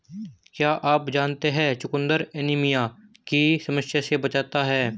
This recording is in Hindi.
क्या आप जानते है चुकंदर एनीमिया की समस्या से बचाता है?